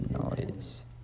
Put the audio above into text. noise